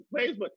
Facebook